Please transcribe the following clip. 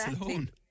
alone